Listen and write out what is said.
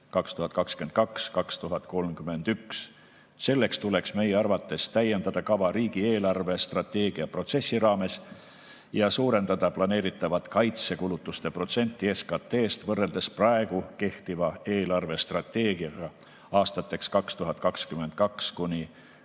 2022–2031. Selleks tuleks meie arvates täiendada kava riigi eelarvestrateegia protsessi raames ja suurendada planeeritavate kaitsekulutuste protsenti SKT-st võrreldes praegu kehtiva eelarvestrateegiaga aastateks 2022–2025.